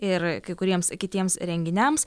ir kai kuriems kitiems renginiams